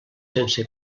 sense